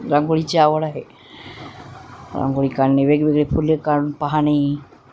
रांगोळीची आवड आहे रांगोळी काढणे वेगवेगळे फुलं काढून पाहणे